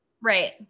right